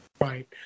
Right